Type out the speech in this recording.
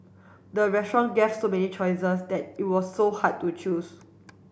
the restaurant gave so many choices that it was so hard to choose